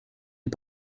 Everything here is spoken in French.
est